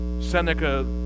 Seneca